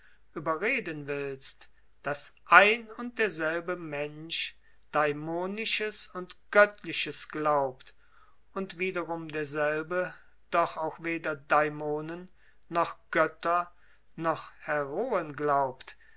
überreden willst daß ein und derselbe mensch daimonisches und göttliches glaubt und wiederum derselbe doch auch weder daimonen noch götter noch heroen glaubt